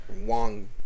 Wong